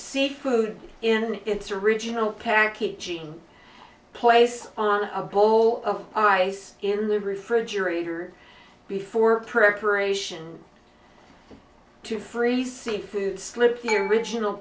seafood in its original packaging place on a bowl of ice in the refrigerator before preparation to freeze seafood slip the original